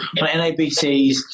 NABCs